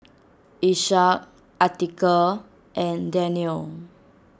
Ishak Atiqah and Daniel